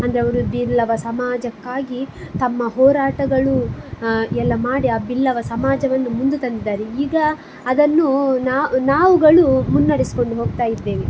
ಅಂದರೆ ಅವರು ಬಿಲ್ಲವ ಸಮಾಜಕ್ಕಾಗಿ ತಮ್ಮ ಹೋರಾಟಗಳು ಎಲ್ಲಾ ಮಾಡಿ ಆ ಬಿಲ್ಲವ ಸಮಾಜವನ್ನು ಮುಂದೆ ತಂದಿದ್ದಾರೆ ಈಗ ಅದನ್ನು ನಾವುಗಳು ಮುನ್ನಡೆಸ್ಕೊಂಡು ಹೋಗ್ತಾಯಿದ್ದೇವೆ